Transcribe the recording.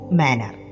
manner